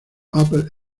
upper